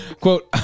Quote